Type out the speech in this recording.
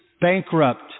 bankrupt